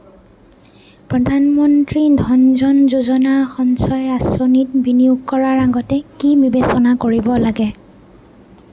প্ৰধান মন্ত্ৰী ধন জন যোজনা সঞ্চয় আঁচনিত বিনিয়োগ কৰাৰ আগতে কি বিবেচনা কৰিব লাগে